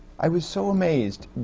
i was so amazed.